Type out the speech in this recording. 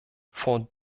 vor